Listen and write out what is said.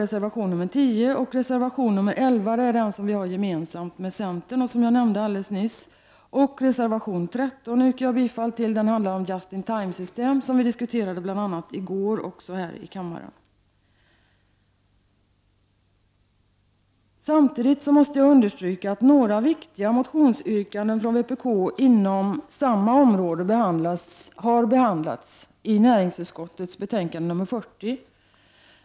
Reservation 11 är den reservation som vi har gemensam med centern, som sagt. Reservation 13, som vi har yrkat bifall till, handlar om ”just-in-time”-system som vi diskuterade här i kammaren i går. Samtidigt måste jag understryka att några viktiga motionsyrkanden från vänsterpartiet inom samma område har behandlats i näringsutskottets betänkande nr 40.